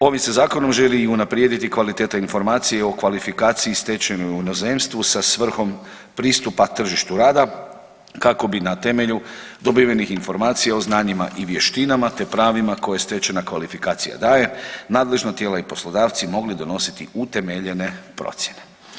Ovim se zakonom želi i unaprijediti kvaliteta informacije o kvalifikaciji stečenoj u inozemstvu sa svrhom pristupa tržištu rada kako bi na temelju dobivenih informacija o znanjima i vještima, te pravima koje stečena kvalifikacije daje nadležna tijela i poslodavci mogli donositi utemeljene procijene.